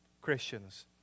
Christians